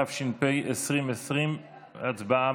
התש"ף 2020. הצבעה,